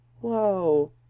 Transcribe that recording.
Whoa